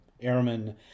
Airmen